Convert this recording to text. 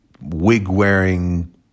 wig-wearing